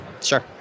Sure